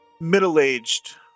middle-aged